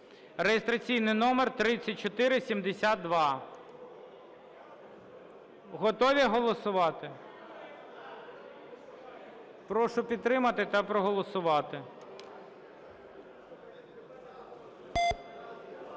(реєстраційний номер 3472). Готові голосувати? Прошу підтримати та проголосувати.